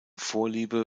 vorliebe